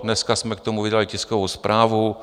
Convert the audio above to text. Dneska jsme k tomu vydali tiskovou zprávu.